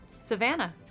Savannah